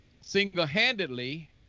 single-handedly